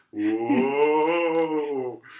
whoa